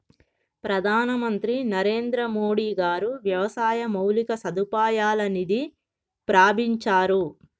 ప్రధాన మంత్రి నరేంద్రమోడీ గారు వ్యవసాయ మౌలిక సదుపాయాల నిధి ప్రాభించారు